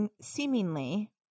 seemingly